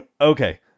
Okay